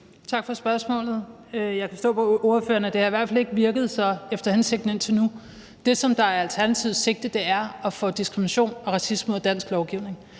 Tak for spørgsmålet. Jeg kan forstå på ordføreren, at det så i hvert fald ikke har virket efter hensigten indtil nu. Det, som er Alternativets sigte, er at få diskrimination og racisme ud af dansk lovgivning.